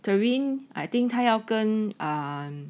terrin I think 他要跟 um